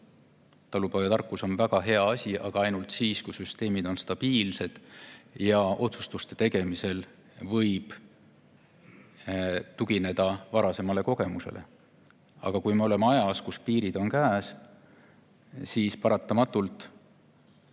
Talupojatarkus on väga hea asi, aga ainult siis, kui süsteemid on stabiilsed ja otsuste tegemisel võib tugineda varasemale kogemusele. Aga kui me oleme ajas, kui piirid on käes, siis peame paratamatult